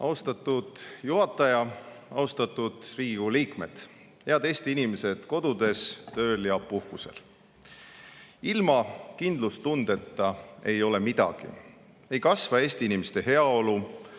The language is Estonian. Austatud juhataja! Austatud Riigikogu liikmed! Head Eesti inimesed kodudes, tööl ja puhkusel! Ilma kindlustundeta ei ole midagi: ei kasva Eesti inimeste heaolu,